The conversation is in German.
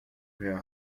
per